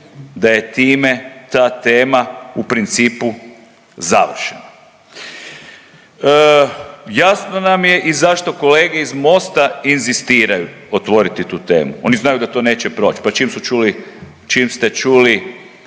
da je time ta tema u principu završena. Jasno nam je i zašto kolege iz Mosta inzistiraju otvoriti tu temu. Oni znaju da to neće proći. Pa čim ste čuli